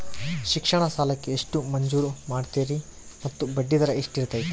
ಶಿಕ್ಷಣ ಸಾಲಕ್ಕೆ ಎಷ್ಟು ಮಂಜೂರು ಮಾಡ್ತೇರಿ ಮತ್ತು ಬಡ್ಡಿದರ ಎಷ್ಟಿರ್ತೈತೆ?